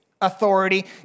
authority